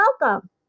welcome